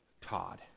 Todd